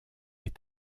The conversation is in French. est